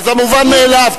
אז המובן מאליו,